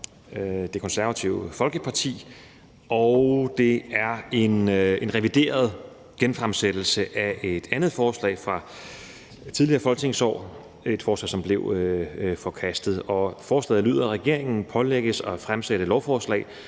Det Konservative Folkeparti, og det er en revideret genfremsættelse af et forslag fra et tidligere folketingsår – et forslag, som blev forkastet. Forslaget lyder som følger: »Regeringen pålægges at fremsætte lovforslag,